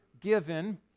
given